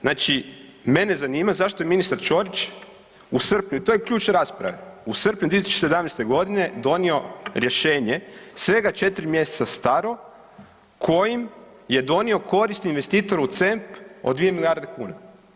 Znači, mene zanima zašto je ministar Ćorić u srpnju i to je ključ rasprave, u srpnju 2017. g. donio rješenje svega 4 mjeseca staro kojim je donio korist investitoru CEMP od 2 milijarde kuna.